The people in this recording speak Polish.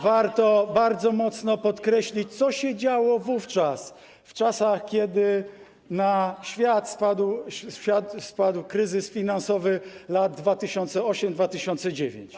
Warto bardzo mocno podkreślić, co się działo w czasach, kiedy na świat spadł kryzys finansowy z lat 2008 i 2009.